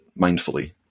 mindfully